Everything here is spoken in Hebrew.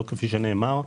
לא כפי שנאמר,